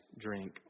drink